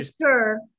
sure